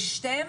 ושתיהן,